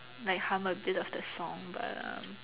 like hum a bit of the song but um